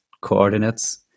coordinates